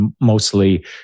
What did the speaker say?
mostly